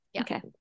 okay